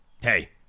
Hey